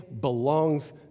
belongs